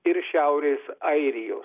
ir šiaurės airijos